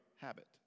habit